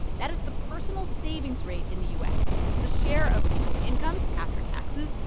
that is the personal savings rate in the u s. it's the share of people's incomes, after taxes,